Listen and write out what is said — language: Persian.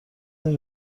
نمی